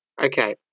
Okay